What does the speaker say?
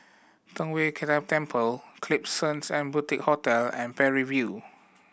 Tong Whye Temple Klapsons and Boutique Hotel and Parry View